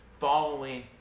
following